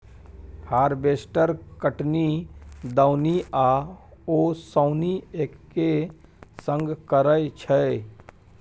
harvester कटनी, दौनी आ ओसौनी एक्के संग करय छै